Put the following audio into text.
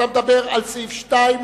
אתה מדבר על סעיף 2,